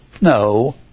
No